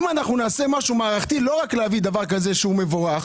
אם אנחנו נעשה משהו מערכתי ולא רק להביא דבר כזה שהוא מבורך